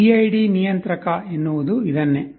PID ನಿಯಂತ್ರಕ ಎನ್ನುವುದು ಇದನ್ನೇ